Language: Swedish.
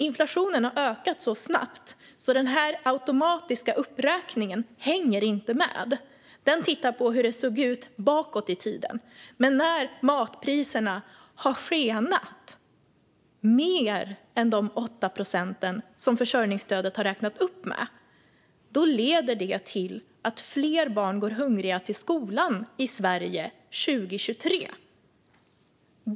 Inflationen har ökat så snabbt att den automatiska uppräkningen inte hänger med. Den utgår från hur det sett ut bakåt i tiden. Men när matpriserna har skenat med mer än de 8 procent som försörjningsstödet har räknats upp med leder detta till att fler barn går hungriga till skolan i Sverige 2023.